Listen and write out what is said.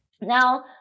Now